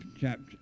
Chapter